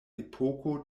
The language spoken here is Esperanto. epoko